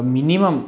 minimum